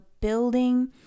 building